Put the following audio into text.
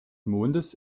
mondes